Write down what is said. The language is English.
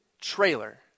trailer